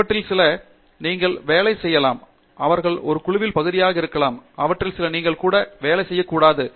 அவற்றில் சில நீங்கள் வேலை செய்யலாம் அவர்கள் ஒரு குழுவின் பகுதியாக இருக்கலாம் அவற்றில் சில நீங்கள் கூட வேலை செய்யக்கூடாது